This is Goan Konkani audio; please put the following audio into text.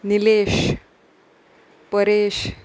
निलेश परेश